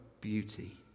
beauty